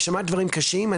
שמעת דברים קשים.